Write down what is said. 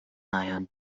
eiern